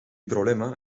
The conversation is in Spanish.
problema